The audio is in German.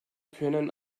können